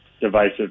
divisive